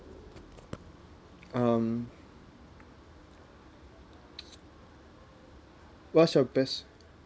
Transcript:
um what's your best